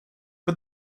but